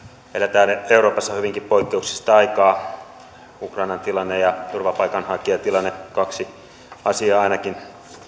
euroopassa eletään hyvinkin poikkeuksellista aikaa on ukrainan tilanne ja turvapaikanhakijatilanne ainakin kaksi asiaa